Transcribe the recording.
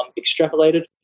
extrapolated